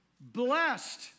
blessed